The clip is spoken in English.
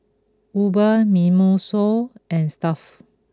Uber Mimosa and Stuff'd